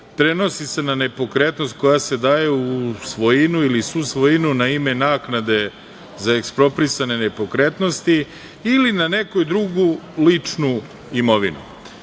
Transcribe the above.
prenosi se na nepokretnost koja se daje u svojinu ili susvojinu na ime naknade za eksproprisane nepokretnosti ili na neku drugu ličnu imovinu.“Ovde